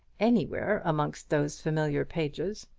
anywhere amongst those familiar pages.